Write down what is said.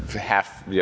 half